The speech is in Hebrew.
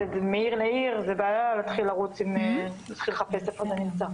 זאת בעיה להתחיל לחפש מעיר לעיר איפה זה נמצא.